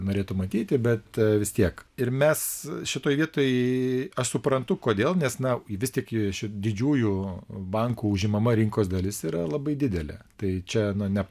norėtų matyti bet vis tiek ir mes šitoj vietoj aš suprantu kodėl nes na ji vis tik didžiųjų bankų užimama rinkos dalis yra labai didelė tai čia ne